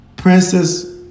Princess